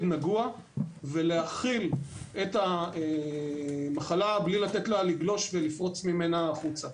נגוע ולהכיל את המחלה בלי לתת לה לגלוש ולפרוץ החוצה.